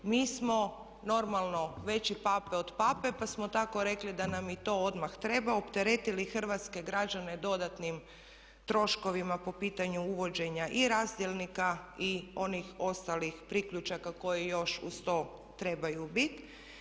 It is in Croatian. Mi smo normalno veći pape od pape, pa smo tako rekli da nam i to odmah treba, opteretili hrvatske građane dodatnim troškovima po pitanju uvođenja i razdjelnika i onih ostalih priključaka koji još uz to trebaju bit.